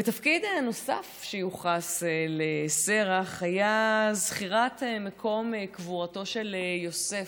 ותפקיד נוסף שיוחס לשֶׂרח היה זכירת מקום קבורתו של יוסף.